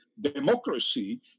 democracy